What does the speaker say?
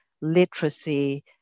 literacy